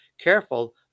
careful